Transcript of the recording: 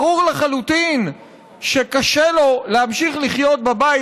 ברור לחלוטין שקשה לו להמשיך לחיות בבית